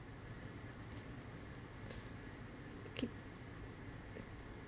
okay